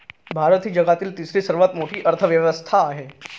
भारत ही जगातील तिसरी सर्वात मोठी अर्थव्यवस्था आहे